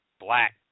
black